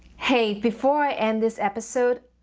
hey, before i end this episode,